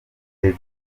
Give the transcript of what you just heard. the